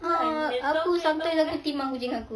a'ah aku sampai lagi timbang kucing aku